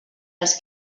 els